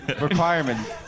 requirements